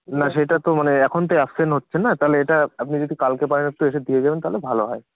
না সেটা তো মানে এখন তো আবসেন হচ্ছে না তাহলে এটা আপনি যদি কালকে পারেন একটু এসে দিয়ে যাবেন তাহলে ভালো হয়